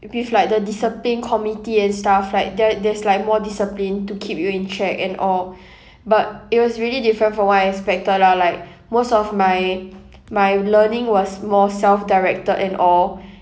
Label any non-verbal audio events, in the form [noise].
with like the discipline committee and stuff like there~ there's like more discipline to keep you in check and all [breath] but it was really different from what I expected lah like most of my my learning was more self directed and all